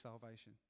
salvation